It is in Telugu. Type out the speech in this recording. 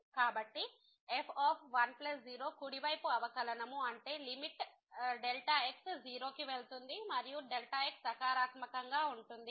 కాబట్టి f 1 0 కుడివైపు అవకలనము అంటే లిమిట్ x→0 మరియు x సకారాత్మకంగా ఉంటుంది